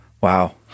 wow